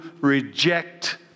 reject